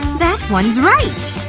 that one's right.